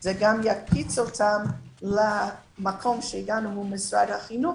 זה גם יקפיץ אותם למקום שהגענו מול משרד החינוך,